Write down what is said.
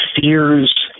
fears